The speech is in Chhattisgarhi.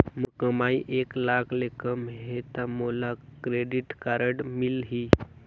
मोर कमाई एक लाख ले कम है ता मोला क्रेडिट कारड मिल ही?